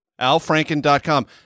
alfranken.com